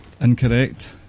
Incorrect